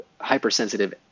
hypersensitive